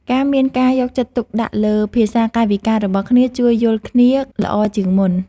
ការមានការយកចិត្តទុកដាក់លើភាសាកាយវិការរបស់គ្នាជួយយល់គ្នាល្អជាងមុន។